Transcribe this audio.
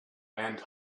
and